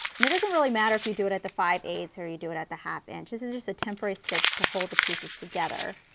and it doesn't really matter if you do it at the five eight ths or you do it at the half inch, this is just a temporary stitch to hold the pieces together.